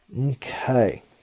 Okay